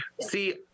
See